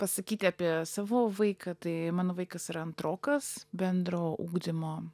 pasakyti apie savo vaiką tai mano vaikas ir antrokas bendro ugdymo